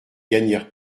gagnèrent